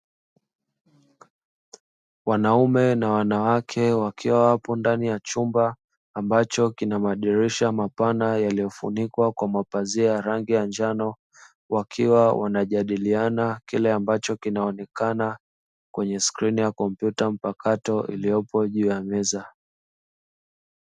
Wanaume na wanawake wakiwa wapo ndani ya chumba ambacho kina madirisha mapana, yaliyo funikwa kwa mapazia ya rangi ya njano, wakiwa wanajadiliana kile ambacho, kinaonekana kwenye skrini ya kompyuta mpakato iliyopo juu ya meza.